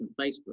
Facebook